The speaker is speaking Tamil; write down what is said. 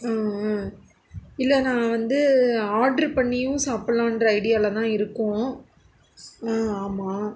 இல்லை நான் வந்து ஆட்ரூ பண்ணியும் சாப்பிலாம்ன்ற ஐடியாவில தான் இருக்கோம் ஆமாம்